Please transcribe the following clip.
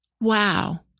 wow